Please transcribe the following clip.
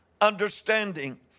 understanding